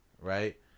right